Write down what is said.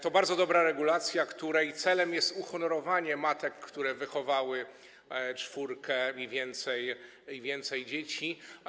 To bardzo dobra regulacja, której celem jest uhonorowanie matek, które wychowały czwórkę i więcej dzieci.